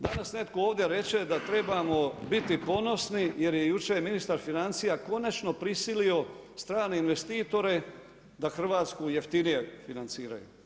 Danas netko ovdje reče da trebamo biti ponosni jer je jučer ministar financija konačno prisilio strane investitore da Hrvatsku jeftinije financiraju.